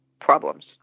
problems